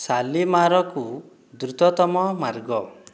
ସାଲିମାରକୁ ଦ୍ରୁତତମ ମାର୍ଗ